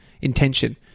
intention